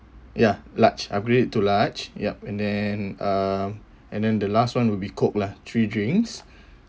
ya large upgrade it to large yup and then um and then the last one will be coke lah three drinks